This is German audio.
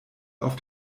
auf